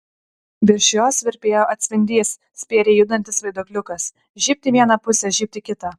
virš jos virpėjo atspindys spėriai judantis vaiduokliukas žybt į vieną pusę žybt į kitą